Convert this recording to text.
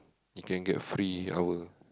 you can get a free hour